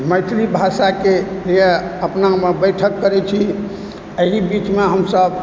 मैथिली भाषाके लिए अपनामे बैठक करै छी एहि बीचमे हमसभ